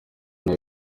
nabi